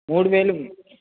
మూడువేలు